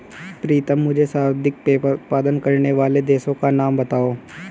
प्रीतम मुझे सर्वाधिक पेपर उत्पादन करने वाले देशों का नाम बताओ?